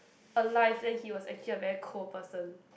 alive then he was actually a very cold person